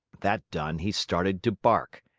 that done, he started to bark.